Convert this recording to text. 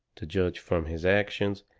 to judge from his actions,